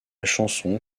chanson